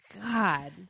God